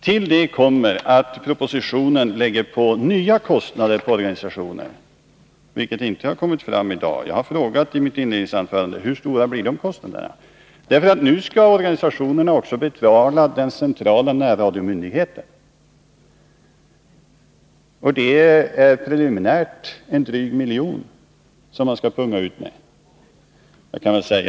Till detta kommer att propositionen lägger nya kostnader på organisationerna, vilket inte har kommit fram i dag. Jag frågade i mitt inledningsanförande: Hur stora blir de kostnaderna? Nu skall organisationerna betala också den centrala närradiomyndigheten. Preliminärt skall man punga ut med en dryg miljon.